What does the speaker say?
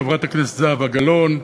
חברת הכנסת זהבה גלאון,